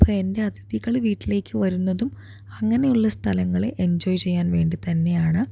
അപ്പോൾ എൻ്റെ അതിഥികള് വീട്ടിലേക്ക് വരുന്നതും അങ്ങനെയുള്ള സ്ഥലങ്ങളെ എൻജോയ് ചെയ്യാൻ വേണ്ടി തന്നെയാണ്